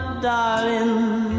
Darling